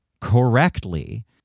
correctly